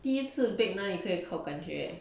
第一次 bake 哪里可以靠感觉